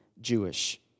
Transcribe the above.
Jewish